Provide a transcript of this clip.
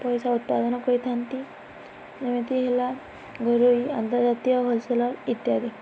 ପଇସା ଉତ୍ପାଦନ କରିଥାନ୍ତି ଯେମିତି ହେଲା ଘରୋଇ ଆନ୍ତର୍ଜାତୀୟ ହୋଲସେଲର୍ ଇତ୍ୟାଦି